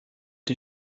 die